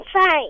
fine